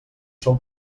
són